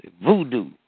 Voodoo